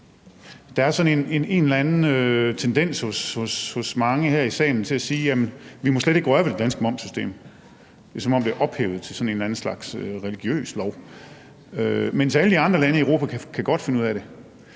Der er en eller anden tendens hos mange her i salen til at sige, at vi slet ikke må røre ved det danske momssystem. Det er, som om det er ophøjet til en eller anden slags religiøs lov, mens alle de andre lande i Europa godt kan finde ud af det.